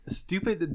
stupid